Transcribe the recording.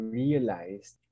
realized